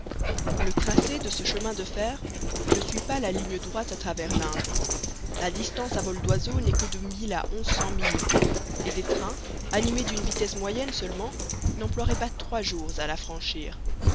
le tracé de ce chemin de fer ne suit pas la ligne droite à travers l'inde la distance à vol d'oiseau n'est que de mille à onze cents milles et des trains animés d'une vitesse moyenne seulement n'emploieraient pas trois jours à la franchir